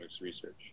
research